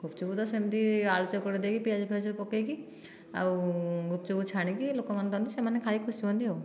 ଗୁପଚୁପ୍ ତ ସେମିତି ଆଳୁ ଚକଟି ଦେଇକି ପିଆଜ ଫିଆଜ ପକେଇକି ଆଉ ଗୁପଚୁପ୍ ଛାଣିକି ଲୋକମାନଙ୍କୁ ଦଅନ୍ତି ସେମାନେ ଖାଇ ଖୁସି ହୁଅନ୍ତି ଆଉ